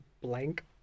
blank